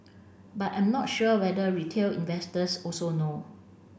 but I'm not sure whether retail investors also know